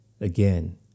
Again